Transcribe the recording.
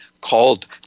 called